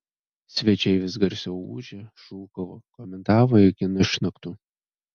svečiai vis garsiau ūžė šūkavo komentavo iki išnaktų